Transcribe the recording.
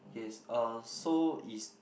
yes uh so is